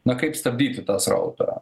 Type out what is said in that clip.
na kaip stabdyti tą srautą